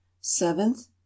seventh